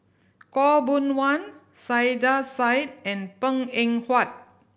Khaw Boon Wan Saiedah Said and Png Eng Huat